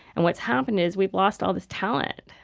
and what's happened is we've lost all this talent,